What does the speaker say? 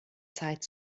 zeit